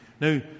Now